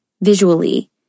visually